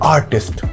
Artist